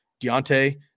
Deontay